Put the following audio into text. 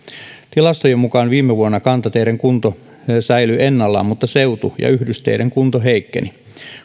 tilastojen mukaan viime vuonna kantateiden kunto säilyi ennallaan mutta seutu ja yhdysteiden kunto heikkeni